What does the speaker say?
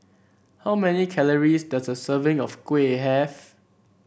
how many calories does a serving of kuih have